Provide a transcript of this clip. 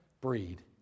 breed